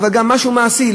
וגם משהו מעשי,